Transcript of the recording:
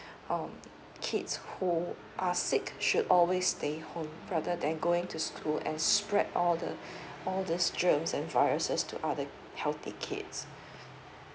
um kids who are sick should always stay home rather than going to school and spread all the all these germs and viruses to other healthy kids